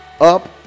up